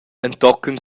entochen